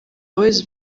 boys